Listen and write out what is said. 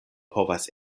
povas